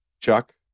chuck